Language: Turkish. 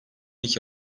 iki